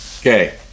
okay